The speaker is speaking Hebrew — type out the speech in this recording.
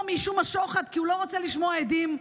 מאישום השוחד כי הוא לא רוצה לשמוע עדים,